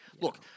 Look